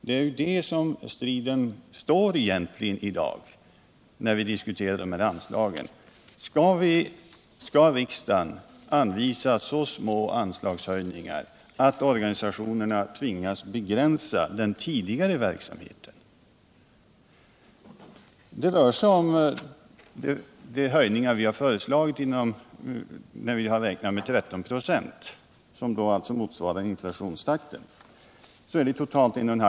Det är egentligen det striden i dag gäller när vi diskuterar anslagen: Skall riksdagen gå med på så små anslagshöjningar att organisationerna tvingas begränsa den tidigare verksamheten? De höjningar vi har föreslagit med tanke på inflationstakten uppgår till 13 ?ö, som totalt innebär ca 1,5 milj.kr.